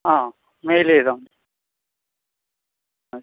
ആ മെയിൽ ചെയ്താൽ മതി ആ